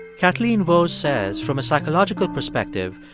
kathleen vohs says, from a psychological perspective,